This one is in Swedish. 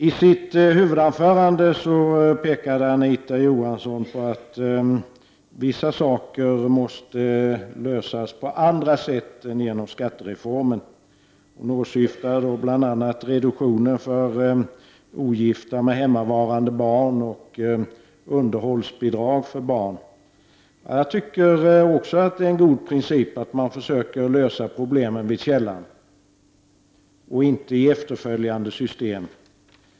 I sitt huvudanförande påpekade Anita Johansson att vissa saker måste lösas på annat sätt än genom skattereformen. Hon åsyftade bl.a. reduktionen för ogifta med hemmavarande barn och underhållsbidrag för barn. Jag tycker också att det är god princip att man försöker lösa problemen vid källan och inte i efterföljande system.